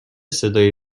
صدای